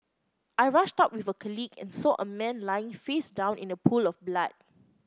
I rushed out with a colleague and saw a man lying face down in a pool of blood